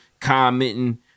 Commenting